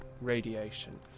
radiation